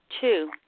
Two